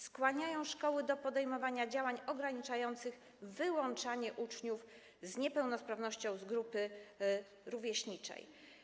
Skłaniają szkoły do podejmowania działań ograniczających wyłączanie uczniów z niepełnosprawnością z grupy rówieśniczej.